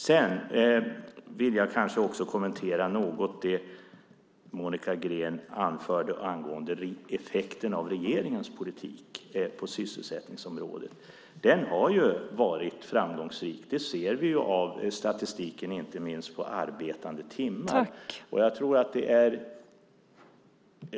Jag vill också kommentera det Monica Green anförde angående effekterna av regeringens politik på sysselsättningsområdet. Den har varit framgångsrik; det ser vi i statistiken, inte minst på arbetade timmar.